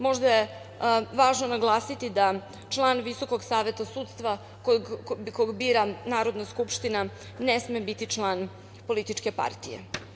Možda je važno naglasiti da član Visokog saveta sudstva koga bira Narodna skupština ne sme biti član političke partije.